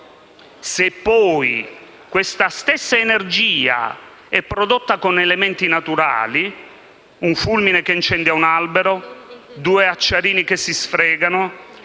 Se poi questa stessa energia è prodotta con elementi naturali - un fulmine che incendia un albero, due acciarini che si sfregano,